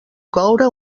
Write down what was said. coure